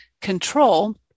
control